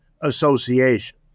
Association